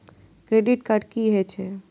Credit card की हे छे?